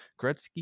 Gretzky